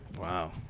Wow